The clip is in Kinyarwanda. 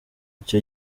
icyo